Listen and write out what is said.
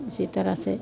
इसी तरह से